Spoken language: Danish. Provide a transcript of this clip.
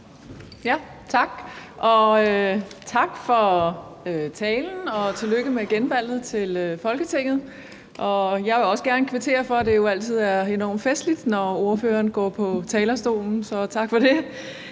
tak for talen, og tillykke med genvalget til Folketinget. Jeg vil også gerne kvittere for talen ved at sige, at det altid er enormt festligt, når ordføreren går på talerstolen, så tak for det.